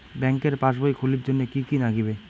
ব্যাঙ্কের পাসবই খুলির জন্যে কি কি নাগিবে?